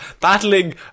battling